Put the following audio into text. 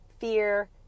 fear